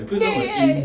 yeah yeah yeah